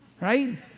right